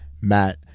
matt